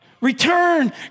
return